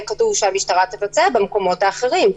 כתוב שהמשטרה תבצע במקומות האחרים,